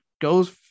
goes